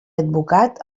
advocat